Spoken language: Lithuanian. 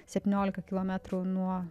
septyniolika kilometrų nuo